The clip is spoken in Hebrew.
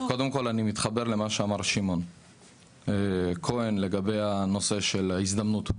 קודם כל אני מתחבר למה שאמר שמעון כהן לגבי נושא ההזדמנות,